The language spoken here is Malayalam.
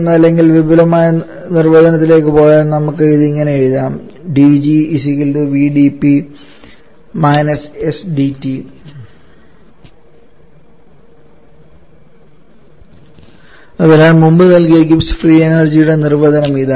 അല്ലെങ്കിൽ വിപുലമായ നിർവചനത്തിലേക്ക് പോയാൽ നമുക്ക് ഇത് ഇങ്ങനെ എഴുതാം dG VdP − SdT അതിനാൽ മുമ്പ് നൽകിയ ഗിബ്സ് ഫ്രീ എനർജി യുടെ നിർവചനം ഇതാണ്